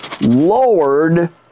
Lord